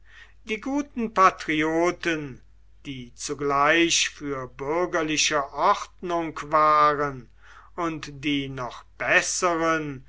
die guten patrioten die zugleich für bürgerliche ordnung waren und die noch besseren